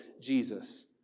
Jesus